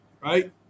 right